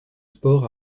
sport